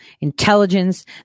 intelligence